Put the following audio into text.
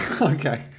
Okay